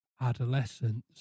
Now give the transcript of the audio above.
adolescence